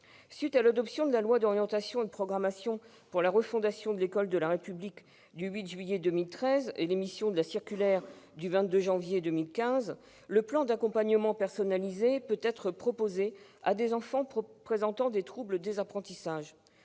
de l'adoption de la loi d'orientation et de programmation pour la refondation de l'école de la République du 8 juillet 2013 et de la publication de la circulaire du 22 janvier 2015, un plan d'accompagnement personnalisé, ou PAP, peut être proposé aux enfants présentant des troubles des apprentissages.